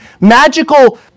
magical